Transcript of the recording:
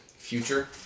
Future